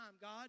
God